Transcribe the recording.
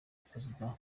perezida